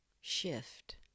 shift